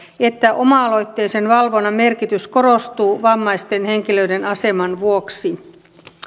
että oma aloitteisen valvonnan merkitys korostuu vammaisten henkilöiden aseman vuoksi